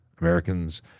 Americans